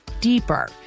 deeper